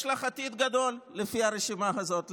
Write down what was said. יש לך עתיד גדול לפי הרשימה הזאת,